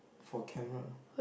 for camera